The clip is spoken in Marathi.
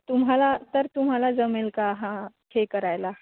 तुम्हाला तर तुम्हाला जमेल का हा हे करायला